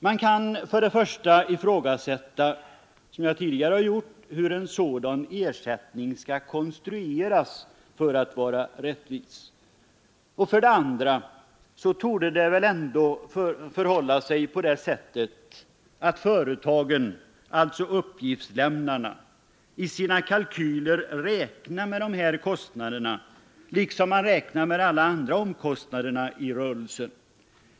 Man kan för det första fråga sig — det har jag också gjort tidigare — hur en sådan ittning skall konstrueras för att vara rättvis. För det andra torde det ämnarna, i sina kalkyler räknar ersä väl förhålla sig så att företagen, uppgifts med dessa kostnader liksom man räknar med alla andra omkostnader i rörelsen.